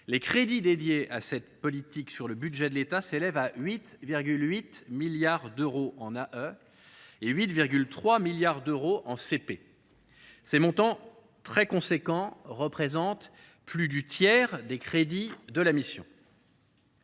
les crédits dédiés à cette politique dans le budget de l’État s’élèvent à 8,8 milliards d’euros en AE et 8,3 milliards d’euros en CP. Ces montants, très importants, représentent plus du tiers des crédits de la mission.